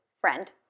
friend